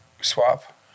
Swap